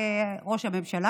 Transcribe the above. ראש הממשלה,